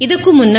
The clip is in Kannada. ಇದಕ್ಕೂ ಮುನ್ನ